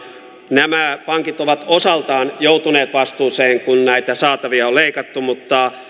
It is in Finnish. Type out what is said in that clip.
nämä pankit ovat osaltaan joutuneet vastuuseen kun näitä saatavia on leikattu mutta